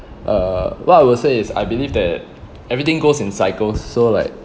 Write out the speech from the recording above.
uh what I will say is I believe that everything goes in cycles so like